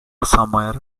somewhere